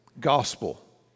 Gospel